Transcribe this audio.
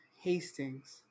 Hastings